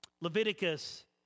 Leviticus